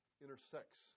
intersects